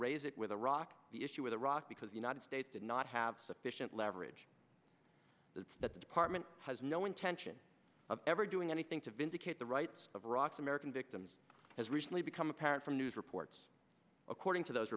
raise it with iraq the issue with iraq because united states did not have sufficient leverage that the department has no intention of ever doing anything to vindicate the rights of iraq's american victims has recently become apparent from news reports according to those